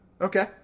Okay